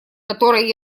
которая